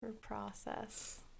process